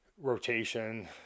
Rotation